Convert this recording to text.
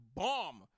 bomb